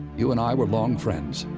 you and i were long friends.